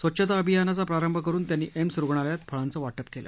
स्वच्छता अभियानाचा प्रारंभ करुन त्यांनी एम्स रुग्णालयात फळाचं वाटप केलं